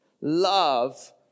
love